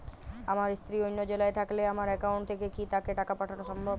আমার স্ত্রী অন্য জেলায় থাকলে আমার অ্যাকাউন্ট থেকে কি তাকে টাকা পাঠানো সম্ভব?